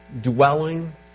dwelling